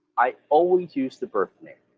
i always use the birth name.